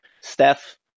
Steph